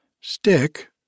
Stick